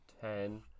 ten